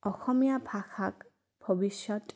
অসমীয়া ভাষাক ভৱিষ্যত